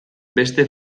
beste